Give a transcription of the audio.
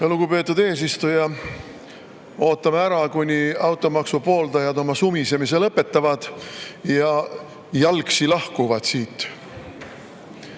Lugupeetud eesistuja! Ootame ära, kuni automaksu pooldajad sumisemise lõpetavad ja jalgsi lahkuvad siit.